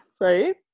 Right